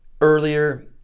earlier